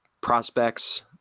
prospects